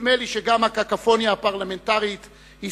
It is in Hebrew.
נדמה לי שגם הקקופוניה הפרלמנטרית היא